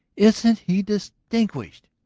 isn't he distinguished!